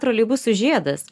troleibusų žiedas